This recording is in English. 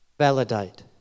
Validate